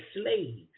slaves